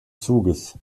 zuges